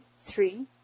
three